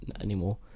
anymore